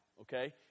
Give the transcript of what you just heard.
okay